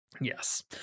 Yes